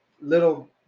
Little